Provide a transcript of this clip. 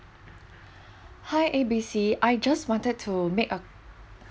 hi A B C I just wanted to make a